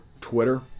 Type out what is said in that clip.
twitter